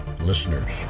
listeners